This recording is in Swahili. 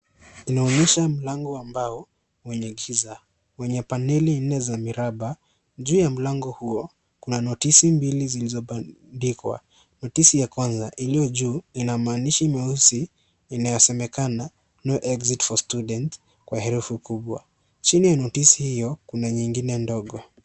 Inaonyesha mlango wa mbao wenye giza, wenye paneli nne za miraba. Juu ya mlango huo, kuna notisi mbili zilizobandikwa. Notisi ya kwanza iliyo juu ina maandishi meusi inayosemekana " No exit for students kwa herufi kubwa. Chini ya notisi hiyo kuna nyingine ndogo.